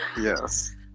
Yes